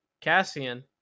Cassian